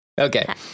Okay